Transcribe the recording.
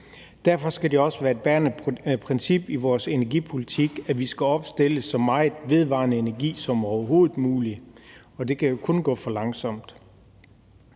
Derfor skal det også være et bærende princip i vores energipolitik, at vi skal opstille så meget vedvarende energi som overhovedet muligt, og det kan kun gå for langsomt.